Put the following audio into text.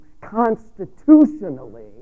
constitutionally